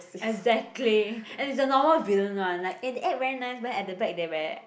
exactly and it's a normal villain one like eh they act very nice but then at the back they very